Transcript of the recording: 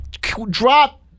drop